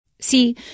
See